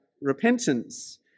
repentance